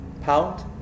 pound